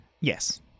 Yes